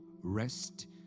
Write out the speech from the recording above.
rest